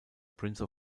prince